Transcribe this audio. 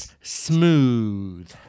Smooth